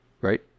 right